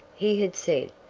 he had said,